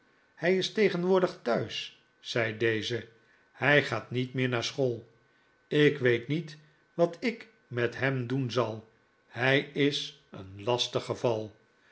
hij is tegenwoordig thuis zei deze hij gaat niet meer naar school ik weet niet wat ik met hem doen zal hij is een lastig geval